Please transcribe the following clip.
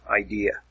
idea